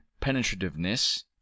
penetrativeness